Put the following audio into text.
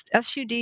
SUD